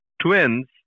twins